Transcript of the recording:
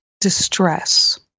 distress